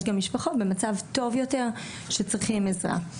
יש שם גם משפחות שהן מצויות במצב טוב יותר שצריכות עזרה.